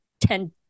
ten